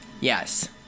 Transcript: Yes